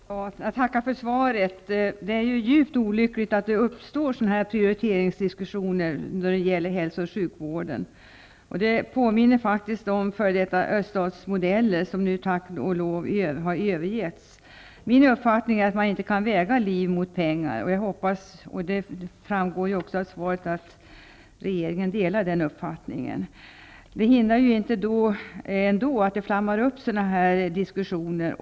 Herr talman! Jag tackar för svaret. Det är djupt olyckligt att det uppstår sådana här prioriteringsdiskussioner när det gäller hälso och sjukvården. Det påminner om f.d. öststatsmodeller, som nu tack och lov har övergetts. Min uppfattning är att man inte kan väga liv mot pengar. Det framgår också av svaret att regeringen delar den uppfattningen. Det hindrar inte att det ändå flammar upp sådana här diskussioner.